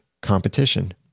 competition